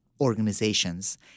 organizations